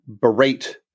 berate